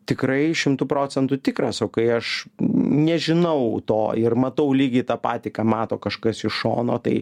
tikrai šimtu procentų tikras o kai aš nežinau to ir matau lygiai tą patį ką mato kažkas iš šono tai